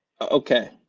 Okay